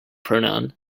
pronoun